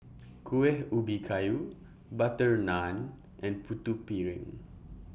Kuih Ubi Kayu Butter Naan and Putu Piring